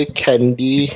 candy